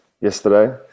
yesterday